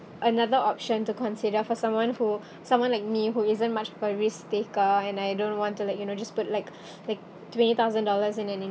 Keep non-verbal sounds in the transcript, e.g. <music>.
another option to consider for someone who someone like me who isn't much a risk taker and I don't want to like you know just put like <breath> like twenty thousand dollars in an